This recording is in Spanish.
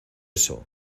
eso